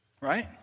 Right